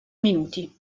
minuti